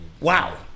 Wow